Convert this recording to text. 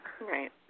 Right